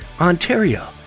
Ontario